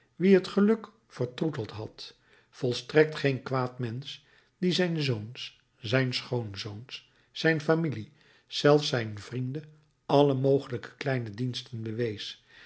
wien het geluk vertroeteld had volstrekt geen kwaad mensch die zijn zoons zijn schoonzoons zijn familie zelfs zijn vrienden alle mogelijke kleine diensten bewees